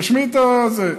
תשמיד את המטילות.